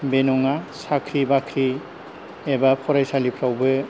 बे नङा साख्रि बाख्रि एबा फरायसालिफ्रावबो